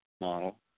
model